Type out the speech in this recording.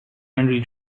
henry